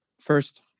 first